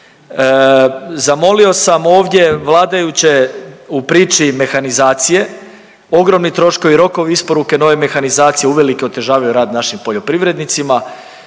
Zamolio sam ovdje vladajuće u priči mehanizacije, ogromni troškovi, rokovi isporuke nove mehanizacije uvelike otežavaju rad našim poljoprivrednicima